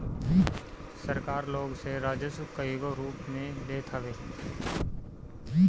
सरकार लोग से राजस्व कईगो रूप में लेत हवे